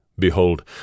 Behold